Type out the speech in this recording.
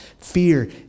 Fear